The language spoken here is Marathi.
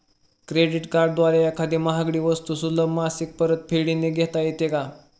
क्रेडिट कार्डद्वारे एखादी महागडी वस्तू सुलभ मासिक परतफेडने घेता येते का?